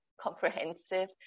comprehensive